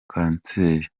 kanseri